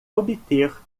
obter